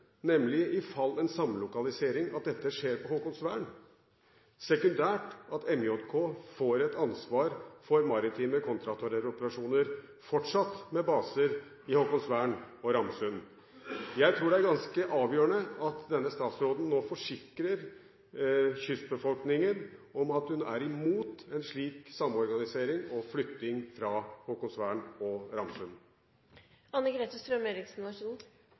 nemlig i fall det blir en samlokalisering, at dette skjer ved Haakonsvern, sekundært at MJK får et ansvar for maritime kontraterroroperasjoner, fortsatt med baser i Haakonsvern og Ramsund. Jeg tror det er ganske avgjørende at denne statsråden nå forsikrer kystbefolkningen om at hun er imot en slik samorganisering og flytting fra Haakonsvern og